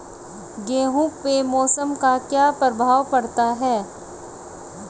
गेहूँ पे मौसम का क्या प्रभाव पड़ता है?